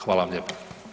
Hvala vam lijepa.